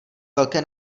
velké